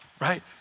right